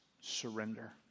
surrender